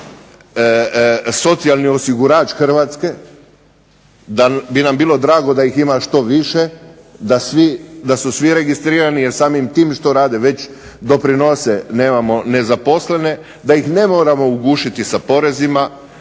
socijalni osigurač Hrvatske, da bi nam bilo drago da ih ima što više, da su svi registrirani jer samim tim što rade već doprinose, nemamo nezaposlene. Da ih ne moramo ugušiti sa porezima.